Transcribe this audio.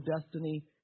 destiny